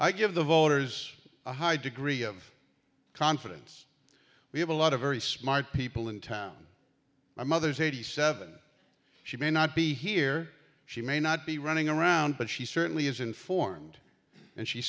i give the voters a high degree of confidence we have a lot of very smart people in town my mother is eighty seven she may not be here she may not be running around but she certainly is informed and she